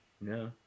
no